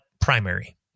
primary